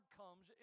comes